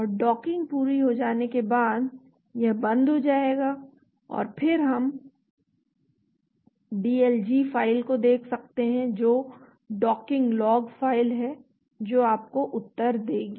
और डॉकिंग पूरी हो जाने के बाद यह बंद हो जाएगा और फिर हम DLG फाइल को देख सकते हैं जो डॉकिंग लॉग फाइल है जो आपको उत्तर देगी